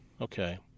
Okay